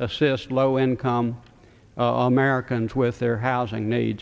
assist low income americans with their housing ne